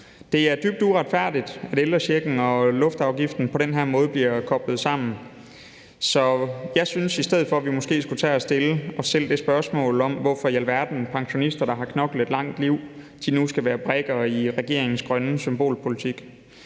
Det er dybt uretfærdigt, at ældrechecken og flyafgiften på den her måde bliver koblet sammen. Så jeg synes, at vi i stedet for måske skulle tage at stille os selv spørgsmålet, hvorfor i alverden pensionister, der har knoklet et langt liv, nu skal være brikker i regeringens grønne symbolpolitik.